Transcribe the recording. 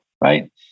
Right